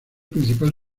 principal